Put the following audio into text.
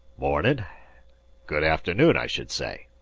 mornin' good afternoon, i should say.